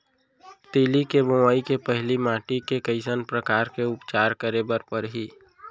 तिलि के बोआई के पहिली माटी के कइसन प्रकार के उपचार करे बर परही?